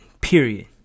Period